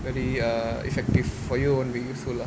very uh effective for you won't be useful lah